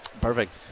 Perfect